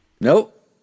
Nope